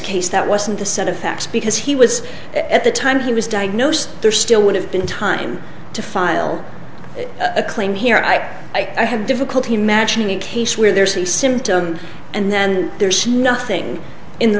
case that wasn't a set of facts because he was at the time he was diagnosed there still would have been time to file a claim here i i have difficulty imagining a case where there's the symptom and then there's nothing in the